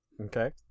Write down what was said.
Okay